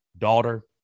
daughter